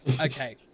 Okay